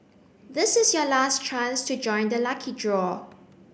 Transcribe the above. this is your last chance to join the lucky draw